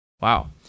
Wow